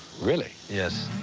really? yes.